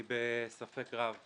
אני בספק רב